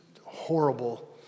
horrible